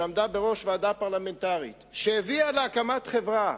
עמדה בראש ועדה פרלמנטרית שהביאה להקמת חברה,